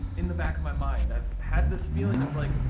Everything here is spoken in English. in the back of my mind, i've had this feeling of like,